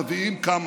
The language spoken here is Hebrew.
מביאים כמה,